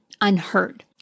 unheard